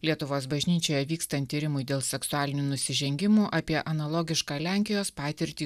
lietuvos bažnyčioje vykstant tyrimui dėl seksualinių nusižengimų apie analogišką lenkijos patirtį